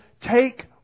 take